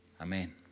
Amen